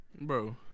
Bro